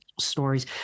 stories